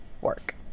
work